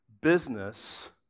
business